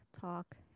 talk